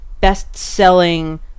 best-selling